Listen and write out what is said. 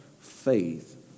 faith